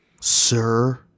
Sir